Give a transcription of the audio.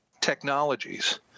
technologies